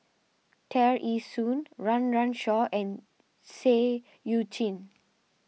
Tear Ee Soon Run Run Shaw and Seah Eu Chin